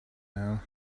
now